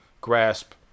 grasp